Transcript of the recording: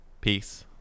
Peace